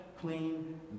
clean